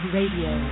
Radio